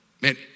Man